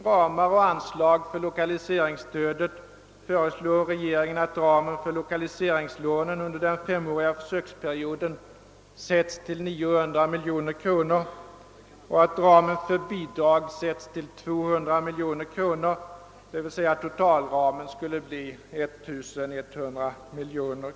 Regeringen föreslår att ramen för 1okaliseringslån under den femåriga försöksperioden skall fastställas till 900 miljoner och att ramen för bidrag fastställs till 200 miljoner, d.v.s. totalramen skulle bli 1100 miljoner.